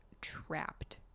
trapped